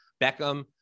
Beckham